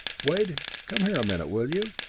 wade come here a minute, will you?